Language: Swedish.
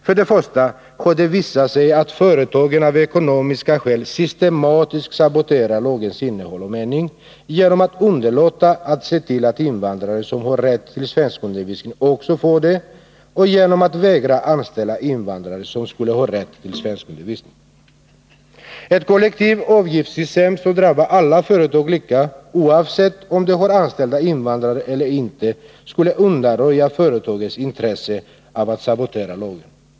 För det första har det visat sig att företagen av ekonomiska skäl systematiskt saboterar lagens innehåll och mening, genom att underlåta att se till att invandrare som har rätt till svenskundervisning också får det och genom att vägra att anställa invandrare som skulle ha rätt till svenskundervisning. Ett kollektivt avgiftssystem som drabbar alla företag lika, oavsett om de har anställda invandrare eller inte, skulle undanröja företagens intresse av att sabotera lagen.